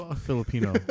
Filipino